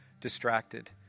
distracted